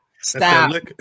Stop